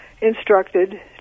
instructed